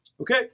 Okay